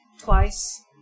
twice